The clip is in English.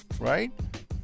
right